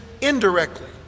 indirectly